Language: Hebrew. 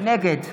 נגד